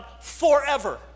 forever